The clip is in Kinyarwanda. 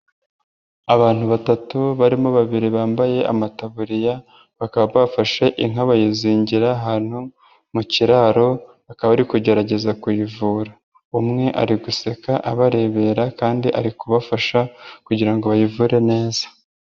Abantu batatu barimo babiri bambaye amataburiya, bakaba bafashe inka bayizingira ahantu mu kiraro, bakaba ari kugerageza kuyivura. Umwe ari guseka abarebera kandi ari kubafasha kugira ngo bayivure neza.